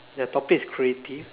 the topic is creative